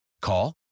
Call